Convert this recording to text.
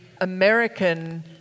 American